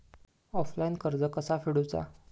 Offline कर्ज कसा फेडूचा?